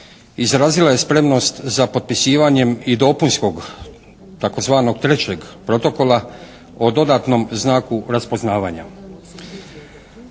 izrazila je spremnost za potpisivanjem i dopunskog, tzv. trećeg protokola o dodatnom znaku raspoznavanja.